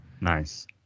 Nice